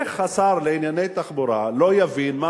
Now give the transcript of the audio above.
איך השר לענייני תחבורה לא יבין מה